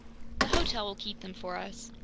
the hotel will keep them for us.